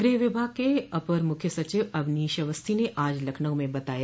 गृह विभाग के अपर मुख्य सचिव अवनीश अवस्थी ने आज लखनऊ में बताया